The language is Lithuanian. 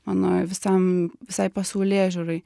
mano visam visai pasaulėžiūrai